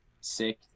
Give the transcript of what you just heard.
sick